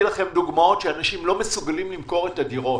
אנשים לא מסוגלים למכור את הדירות.